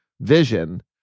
vision